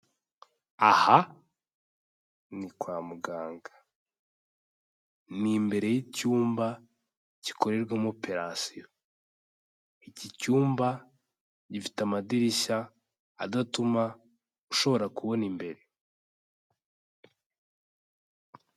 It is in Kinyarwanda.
Aha ni kwa muganga ni imbere y'icyumba gikorerwamo operasiyo, iki cyumba gifite amadirishya adatuma ushobora kubona imbere.